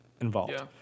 involved